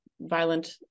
violent